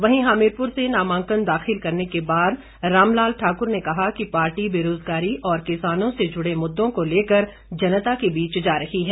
वहीं हमीरपुर से नामांकन दाखिल करने के बाद रामलाल ठाकुर ने कहा कि पार्टी बेरोजगारी और किसानों से जुड़े मुद्दों को लेकर जनता के बीच जा रही है